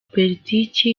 politiki